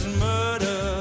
murder